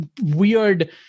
weird